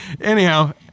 anyhow